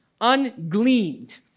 ungleaned